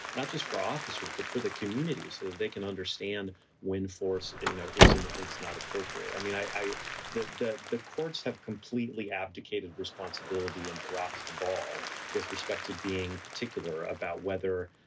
not just for officers, but for the communities so they can understand when force you know isn't is not appropriate. i mean, i the the courts have completely abdicated responsibility and dropped the ball with respect to being particular about whether,